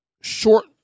short